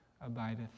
abideth